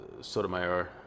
Sotomayor